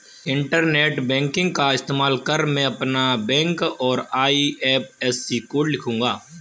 internet banking का इस्तेमाल कर मैं अपना बैंक और आई.एफ.एस.सी कोड लिखूंगा